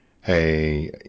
hey